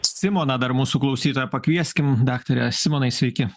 simoną dar mūsų klausytoją pakvieskim daktare simonai sveiki